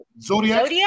Zodiac